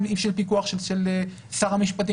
עם היבטים מסוימים של פיקוח של שר המשפטים